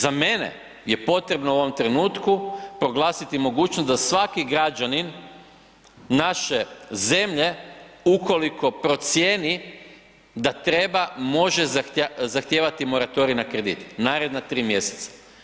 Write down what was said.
Za mene je potrebno u ovom trenutku proglasiti mogućnost da svaki građanin naše zemlje ukoliko procijeni da treba, može zahtijeva moratorij na kredit naredna 3 mjeseca.